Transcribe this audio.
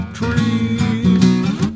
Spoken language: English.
trees